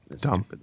dumb